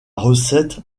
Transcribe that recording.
recette